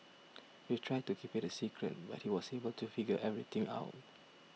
they tried to keep it a secret but he was able to figure everything out